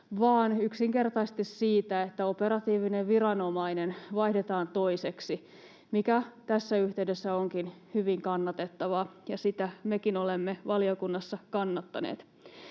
vaan yksinkertaisesti siitä, että operatiivinen viranomainen vaihdetaan toiseksi, mikä tässä yhteydessä onkin hyvin kannatettavaa, ja sitä mekin olemme valiokunnassa kannattaneet.